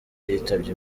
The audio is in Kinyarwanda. yitabye